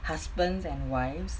husbands and wives